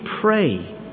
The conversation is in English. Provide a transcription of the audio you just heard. pray